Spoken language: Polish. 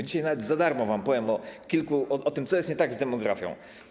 Dzisiaj nawet za darmo wam powiem o tym, co jest nie tak z demografią.